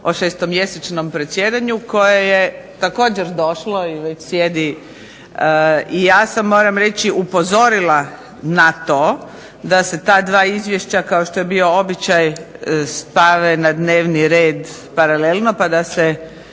o 6-mjesečnom predsjedanju koje je također došlo ili već sjedi i ja sam, moram reći, upozorila na to da se ta 2 izvješća kao što je bio običaj stave na dnevni red paralelno pa da se